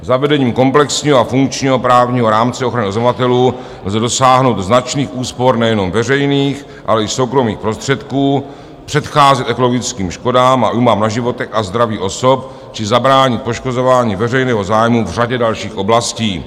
Zavedením komplexního a funkčního právního rámce ochrany oznamovatelů lze dosáhnout značných úspor nejenom veřejných, ale i soukromých prostředků, předcházet ekologickým škodám a újmám na životech a zdraví osob či zabránit poškozování veřejného zájmu v řadě dalších oblastí.